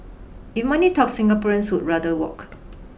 if money talks Singaporeans would rather walk